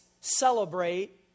celebrate